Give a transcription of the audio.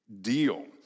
deal